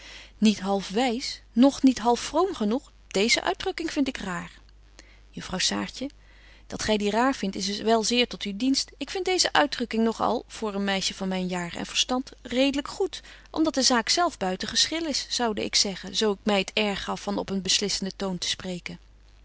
half wys noch niet half vroom genoeg deeze uitdrukking vind ik raar juffrouw saartje dat gy die raar vindt is wel zeer tot uw dienst ik vind deeze uitdrukking nog al voor een meisje van myn jaren en verstand redelyk goed om dat de zaak zelf buiten geschil is zoude ik zeggen zo ik my het air gaf van op een beslissenden toon te spreken